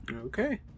Okay